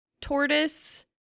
tortoise